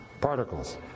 particles